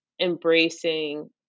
embracing